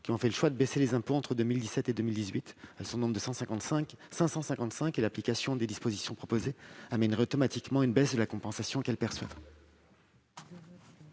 qui ont fait le choix de baisser les impôts entre 2017 et 2018 : l'application des dispositions proposées conduirait automatiquement à une baisse de la compensation qu'elles perçoivent.